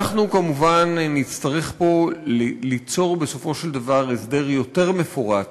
אנחנו כמובן נצטרך ליצור הסדר מפורט